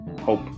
hope